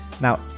Now